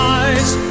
eyes